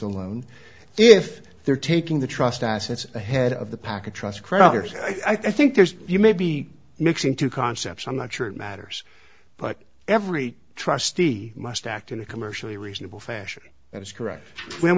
a loan if they're taking the trust assets ahead of the package trust creditors and i think there's you may be mixing two concepts i'm not sure it matters but every trustee must act in a commercially reasonable fashion that is correct when